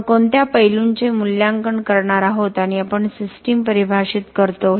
आपण कोणत्या पैलूंचे मूल्यांकन करणार आहोत आणि आपण सिस्टम परिभाषित करतो